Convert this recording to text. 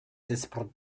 desperate